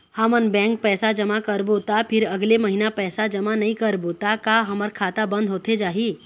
हमन बैंक पैसा जमा करबो ता फिर अगले महीना पैसा जमा नई करबो ता का हमर खाता बंद होथे जाही?